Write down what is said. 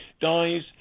dies